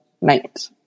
night